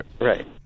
Right